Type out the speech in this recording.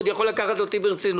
הוא עוד יכול לקחת אותי ברצינות